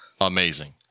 amazing